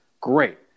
great